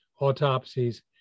autopsies